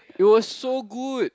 it was so good